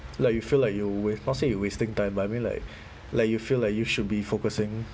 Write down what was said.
like you feel like you wa~ not say you wasting time but I mean like like you feel like you should be focusing